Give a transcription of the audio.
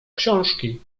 książki